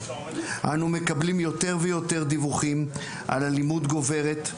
אנו מקבלים יותר ויותר דיווחים על אלימות גוברת,